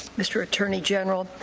mr. attorney general,